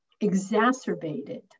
exacerbated